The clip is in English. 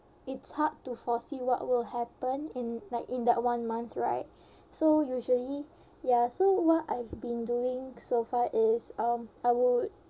it's hard to foresee what will happen in like in that one month right so usually ya so what I've been doing so far is um I would